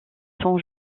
cent